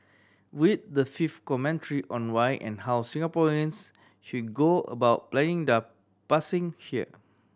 read the fifth commentary on why and how Singaporeans should go about planning their passing here